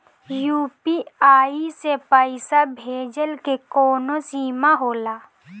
UPI से पईसा भेजल के कौनो सीमा होला?